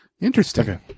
Interesting